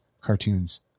cartoons